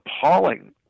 appalling